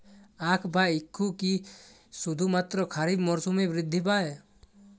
আখ বা ইক্ষু কি শুধুমাত্র খারিফ মরসুমেই বৃদ্ধি পায়?